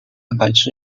蛋白质